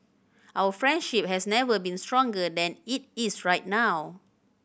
our friendship has never been stronger than it is right now